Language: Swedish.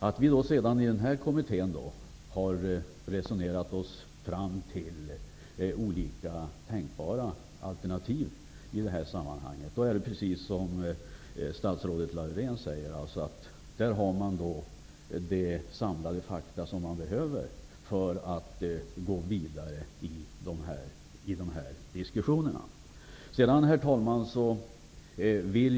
Att vi i den här kommittén har resonerat oss fram till olika tänkbara alternativ innebär precis som statsrådet Reidunn Laurén säger att vi nu har de samlade fakta som behövs för att gå vidare i diskussionerna. Herr talman!